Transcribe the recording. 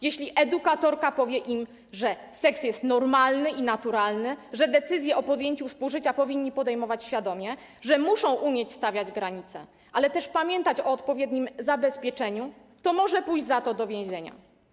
Jeśli edukatorka powie im, że seks jest normalny i naturalny, że decyzję o podjęciu współżycia powinni podejmować świadomie, że muszą umieć stawiać granice, ale też pamiętać o odpowiednim zabezpieczeniu, to może pójść za to do więzienia.